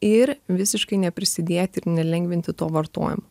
ir visiškai neprisidėti ir nelengvinti to vartojimo